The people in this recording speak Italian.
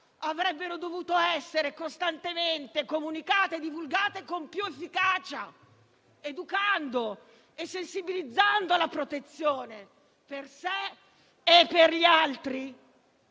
avrebbero dovuto essere costantemente comunicate e divulgate con più efficacia, educando e sensibilizzando alla protezione per sé e per gli altri,